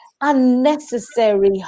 unnecessary